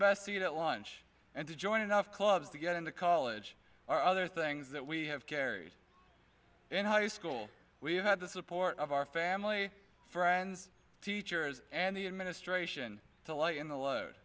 best seat at lunch and to join enough clubs to get into college or other things that we have carried in high school we had the support of our family friends teachers and the administration to lighten the load